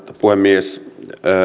puhemies